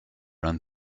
run